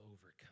overcome